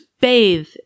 bathe